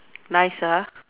nice ah